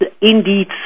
indeed